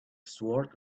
sword